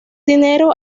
dinero